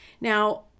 now